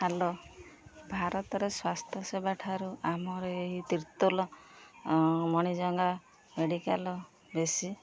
hello ଭାରତରେ ସ୍ୱାସ୍ଥ୍ୟ ସେବା ଠାରୁ ଆମର ଏଇ ତିର୍ତ୍ତୋଲ ମଣିଜଙ୍ଗା ମେଡ଼ିକାଲ ବେଶୀ